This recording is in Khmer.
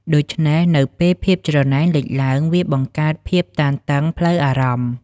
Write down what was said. ដូច្នេះ នៅពេលភាពច្រណែនលេចឡើង វាបង្កើតភាពតានតឹងផ្លូវអារម្មណ៍។